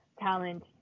talent